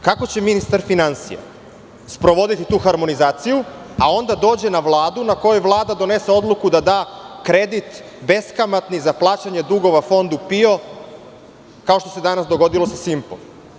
Kako će ministar finansija sprovoditi tu harmonizaciju, a onda dođe na Vladu na kojoj Vlada donese odluku da dâ kredit beskamatni za plaćanje dugova Fondu PIO, kao što se danas dogodilo sa „Simpom“